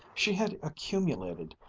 she had accumulated,